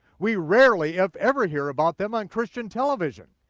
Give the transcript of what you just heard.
we rarely if ever hear about them on christian television,